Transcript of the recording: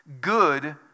good